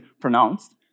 pronounced